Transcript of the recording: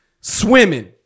Swimming